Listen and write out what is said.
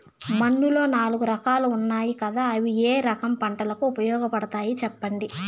మన్నులో నాలుగు రకాలు ఉన్నాయి కదా అవి ఏ రకం పంటలకు ఉపయోగపడతాయి చెప్పండి?